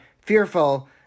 fearful